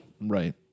Right